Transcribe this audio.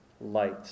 Light